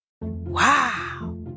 Wow